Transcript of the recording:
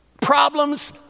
problems